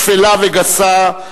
שפלה וגסה,